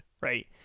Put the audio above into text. right